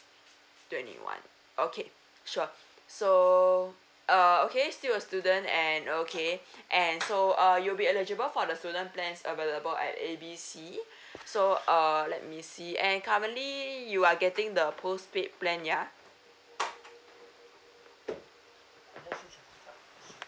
twenty one okay sure so uh okay still a student and okay and so uh you'll be eligible for the student plans available at A B C so err let me see and currently you are getting the postpaid plan ya